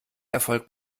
erfolg